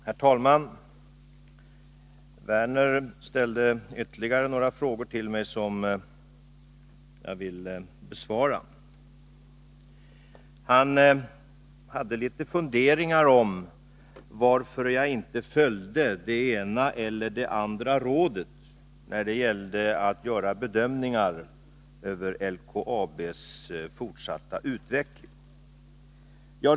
Herr talman! Lars Werner ställde ytterligare några frågor till mig som jag vill besvara. Han hade litet funderingar om varför jag inte följde det ena eller andra rådet när det gällde att göra bedömningar över LKAB:s fortsatta utveckling.